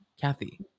kathy